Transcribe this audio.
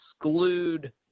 exclude